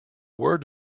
word